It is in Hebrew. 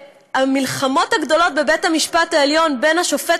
כשהמלחמות הגדולות בבית המשפט העליון בין השופט